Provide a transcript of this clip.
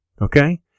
Okay